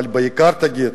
אבל בעיקר תגיד,